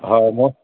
হয় মোক